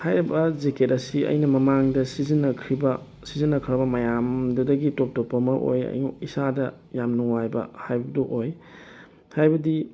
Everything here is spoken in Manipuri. ꯍꯥꯏꯔꯤꯕ ꯖꯦꯛꯀꯦꯠ ꯑꯁꯤ ꯑꯩꯅ ꯃꯃꯥꯡꯗ ꯁꯤꯖꯤꯟꯅꯈ꯭ꯔꯤꯕ ꯁꯤꯖꯤꯟꯅꯈ꯭ꯔꯕ ꯃꯌꯥꯝꯗꯨꯗꯒꯤ ꯇꯣꯞ ꯇꯣꯞꯄ ꯑꯃ ꯑꯣꯏ ꯏꯁꯥꯗ ꯌꯥꯝ ꯅꯨꯡꯉꯥꯏꯕ ꯍꯥꯏꯕꯗꯨ ꯑꯣꯏ ꯍꯥꯏꯕꯗꯤ